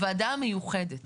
הוועדה המיוחדת